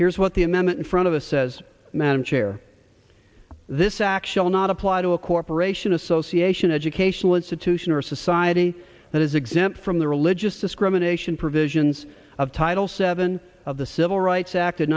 here's what the amendment in front of us says madam chair this actual not apply to a corporation association educational institution or society that is exempt from the religious discrimination provisions of title seven of the civil rights act